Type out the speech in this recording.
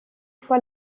fois